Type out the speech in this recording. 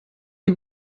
die